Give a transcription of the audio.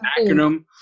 acronym